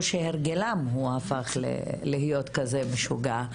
או שהרגלם הוא הפך להיות כזה משוגע.